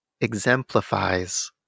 exemplifies